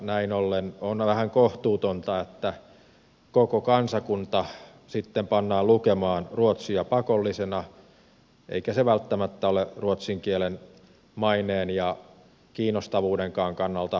näin ollen on vähän kohtuutonta että koko kansakunta sitten pannaan lukemaan ruotsia pakollisena eikä se välttämättä ole ruotsin kielen maineen ja kiinnostavuudenkaan kannalta järkevä tie